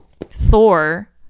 thor